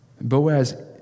Boaz